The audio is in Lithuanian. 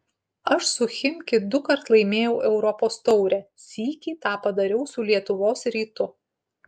aš su chimki dukart laimėjau europos taurę sykį tą padariau su lietuvos rytu